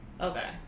Okay